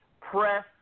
press